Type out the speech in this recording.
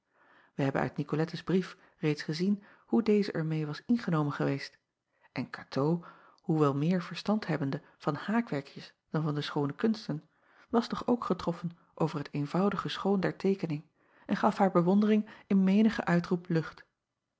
ij hebben uit icolettes brief reeds gezien hoe deze er meê was ingenomen geweest en atoo hoewel meer verstand hebbende van haakwerkjes dan van de schoone kunsten was toch ook getroffen over het eenvoudige schoon der teekening en gaf haar bewondering in menigen uitroep lucht